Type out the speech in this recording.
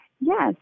Yes